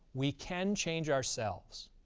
we can change ourselves.